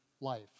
life